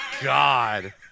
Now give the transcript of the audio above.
God